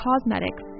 Cosmetics